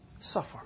suffer